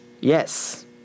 yes